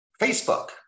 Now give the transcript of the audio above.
Facebook